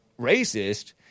racist